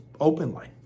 openly